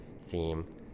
theme